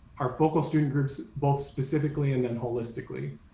our focal student groups both specifically and then holistically.